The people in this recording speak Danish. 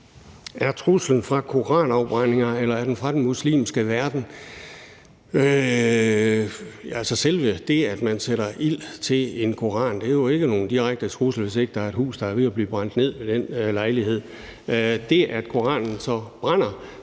truslen fra koranafbrændinger eller fra den muslimske verden? Altså, selve det, at man sætter ild til en koran, er jo ikke nogen direkte trussel, hvis ikke der er et hus, der er ved at blive brændt ned ved den lejlighed. Det, at Koranen så bliver